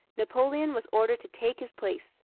napoleon was ordered to take his place.